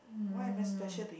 um